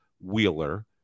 Wheeler